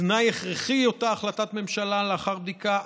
תנאי הכרחי הוא אותה החלטת ממשלה לאחר בדיקה,